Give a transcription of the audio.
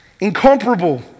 Incomparable